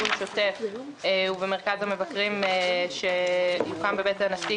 בטיפול שוטף ובמרכז המבקרים שיוקם בבית הנשיא,